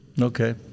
Okay